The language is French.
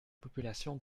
population